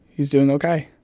he's doing ok